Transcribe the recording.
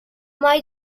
mai